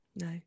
No